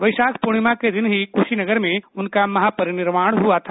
वैशाख पूर्णिमा के दिन ही कुशीनगर में उनका महापिरनिर्वाण हुआ था